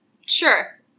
Sure